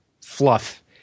fluff